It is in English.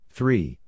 Three